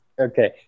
Okay